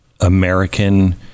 American